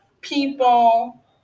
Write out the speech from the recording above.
people